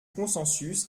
consensus